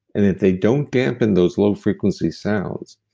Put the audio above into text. and if they don't dampen those low frequency sounds,